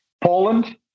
Poland